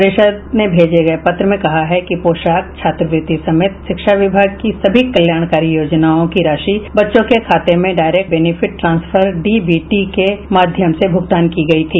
परिषद ने भेजे गये पत्र में कहा है कि पोशाक छात्रवृत्ति समेत शिक्षा विभाग की सभी कल्याणकारी योजनाओं की राशि बच्चों के खाते में डायरेक्ट बेनिफिट ट्रांसफर डीबीटी के माध्यम से भूगतान की गई थी